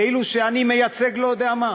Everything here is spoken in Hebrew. כאילו שאני מייצג לא-יודע-מה.